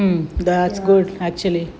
ya